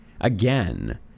again